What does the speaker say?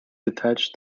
detach